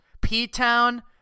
P-Town